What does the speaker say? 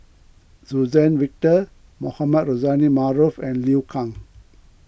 Suzann Victor Mohamed Rozani Maarof and Liu Kang